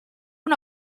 una